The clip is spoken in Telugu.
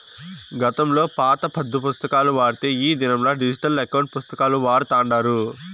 గతంలో పాత పద్దు పుస్తకాలు వాడితే ఈ దినంలా డిజిటల్ ఎకౌంటు పుస్తకాలు వాడతాండారు